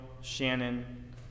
Shannon